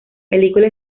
película